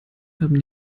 haben